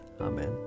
Amen